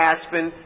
Aspen